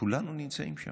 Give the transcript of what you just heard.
כולנו נמצאים שם.